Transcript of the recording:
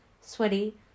sweaty